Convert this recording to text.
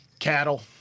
cattle